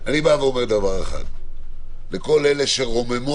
אני אומר דבר אחד לכל אלה שרוממות